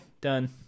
Done